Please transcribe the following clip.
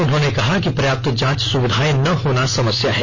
उन्होंने कहा कि पर्याप्त जांच सुविधाएं न होना समस्या है